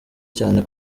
cyane